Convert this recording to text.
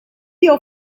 your